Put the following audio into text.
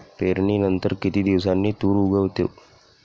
पेरणीनंतर किती दिवसांनी तूर उगवतो?